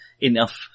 enough